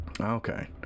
Okay